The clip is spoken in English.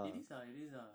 it is lah it is lah